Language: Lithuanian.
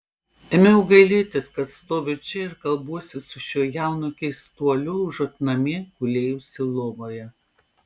ėmiau gailėtis kad stoviu čia ir kalbuosi su šiuo jaunu keistuoliu užuot namie gulėjusi lovoje